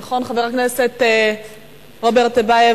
נכון, חבר הכנסת רוברט טיבייב?